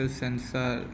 sensor